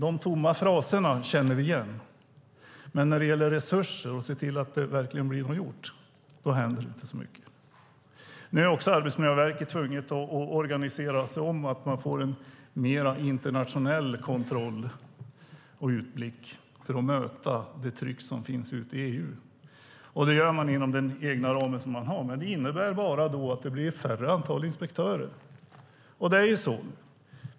De tomma fraserna känner vi igen. Men när det gäller resurser och att se till att det verkligen blir något gjort, då händer det inte så mycket. Nu är Arbetsmiljöverket också tvunget att organisera om sig, så att man får mer internationell kontroll och utblick, för att möta det tryck som finns ute i EU. Det gör man inom den ram som man har. Det innebär att det blir färre inspektörer.